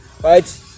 right